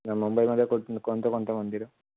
मुंबईमध्ये कुठं कोणते कोणते मंदिरं